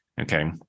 okay